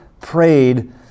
prayed